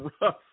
rough